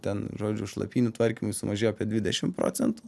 ten žodžių šlapynių tvarkymui sumažėjo apie dvidešim procentų